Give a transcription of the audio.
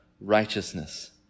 righteousness